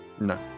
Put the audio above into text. No